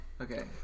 Okay